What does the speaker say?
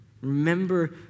Remember